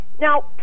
Now